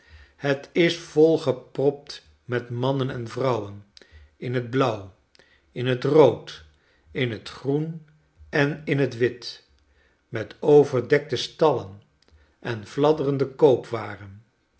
het is volgepropt met mannen en vrouwen in het blauw in het rood in het groen en in het wit met overdekte stallen en fladderende koopwaren